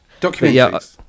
Documentaries